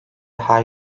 her